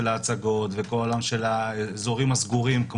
ההצגות וכל העולם של האזורים הסגורים,